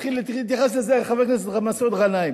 התחיל להתייחס לזה חבר הכנסת מסעוד גנאים: